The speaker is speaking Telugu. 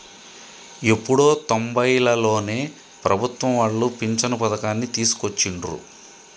ఎప్పుడో తొంబైలలోనే ప్రభుత్వం వాళ్ళు పించను పథకాన్ని తీసుకొచ్చిండ్రు